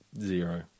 zero